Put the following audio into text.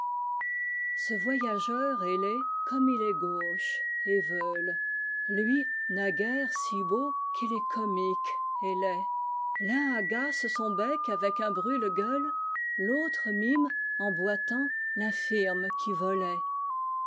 ce voyageur ailé comme il est gauche et veule ilui naguère si beau qu'il est comique et laidll'un agace son bec avec un brûle-gueule u'autre mime en boitant l'infirme qui volait